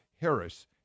Harris